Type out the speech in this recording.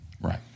Right